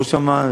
ראש אמ"ן,